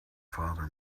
father